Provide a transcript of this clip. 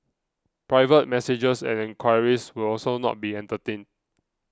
private messages and enquiries will also not be entertained